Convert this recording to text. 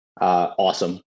awesome